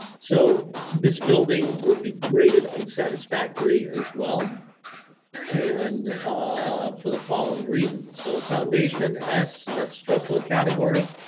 so this building would be rated unsatisfactory as well and for the following reasons. so foundation s, that's a structural category,